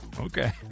Okay